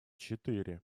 четыре